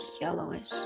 yellowish